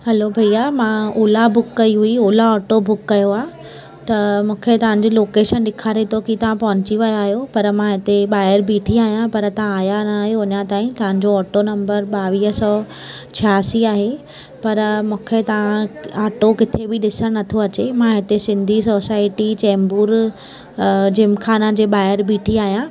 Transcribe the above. हलो भैया मां ओला बुक कई हुई ओला ऑटो बुक कयो आहे त मूंखे तव्हांजी लोकेशन ॾेखारे थो कि तव्हां पहुची विया आहियो पर मां हिते ॿाहिरि बीठी आहियां पर तव्हां आयो नायो अञां ताईं तव्हां जो ऑटो नंबर ॿावीह सौ छियासी आहे पर मूंखे तव्हां ऑटो किथे बि ॾिसणु नथो अचे मां हिते सिंधी सोसायटी चेंबूर जिमखाना जे ॿाहिरि बीठी आहियां